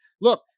look